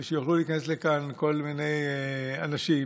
ושיוכלו להיכנס לכאן כל מיני אנשים,